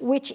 which